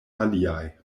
aliaj